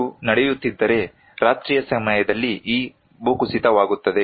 ಇದು ನಡೆಯುತ್ತಿದ್ದರೆ ರಾತ್ರಿಯ ಸಮಯದಲ್ಲಿ ಈ ಭೂಕುಸಿತವಾಗುತ್ತದೆ